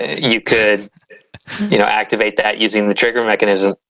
you could you know activate that using the trigger mechanism.